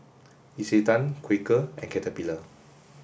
Isetan Quaker and Caterpillar